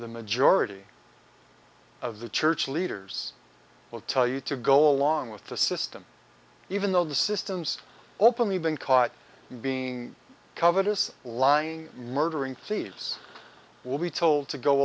the majority of the church leaders will tell you to go along with the system even though the system's openly been caught being covetous lying murdering thieves will be told to go